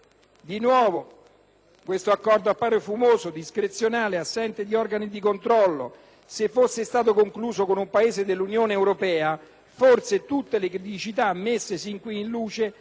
Di nuovo, questo Accordo appare fumoso, discrezionale, privo di organi di controllo. Se fosse stato concluso con un Paese dell'Unione europea, forse tutte le criticità messe sin qui in luce